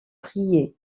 prier